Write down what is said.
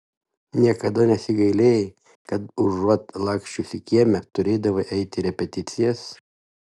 niekada nesigailėjai kad užuot laksčiusi kieme turėdavai eiti į repeticijas